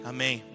Amém